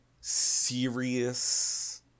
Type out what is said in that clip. serious